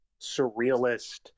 surrealist